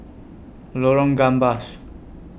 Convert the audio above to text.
Lorong Gambas